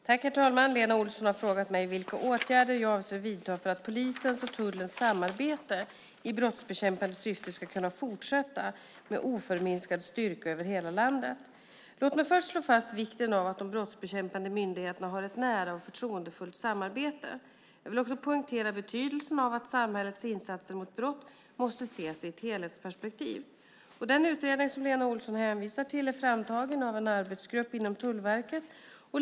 Herr talman! Lena Olsson har frågat mig vilka åtgärder jag avser att vidta för att polisens och tullens samarbete i brottsbekämpande syfte ska kunna fortsätta med oförminskad styrka över hela landet. Låt mig först slå fast vikten av att de brottsbekämpande myndigheterna har ett nära och förtroendefullt samarbete. Jag vill också poängtera betydelsen av att samhällets insatser mot brott måste ses i ett helhetsperspektiv. Den utredning som Lena Olsson hänvisar till är framtagen av en arbetsgrupp inom Tullverket.